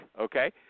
okay